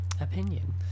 opinion